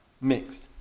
Mixed